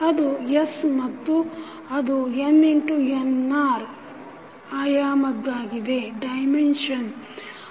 ಅದು S ಮತ್ತು ಅದು n×nr ಆಮಾಯದ್ದಾಗಿದೆ dimension